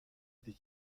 die